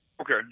Okay